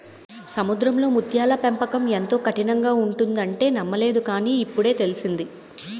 సముద్రంలో ముత్యాల పెంపకం ఎంతో కఠినంగా ఉంటుందంటే నమ్మలేదు కాని, ఇప్పుడే తెలిసింది